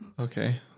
Okay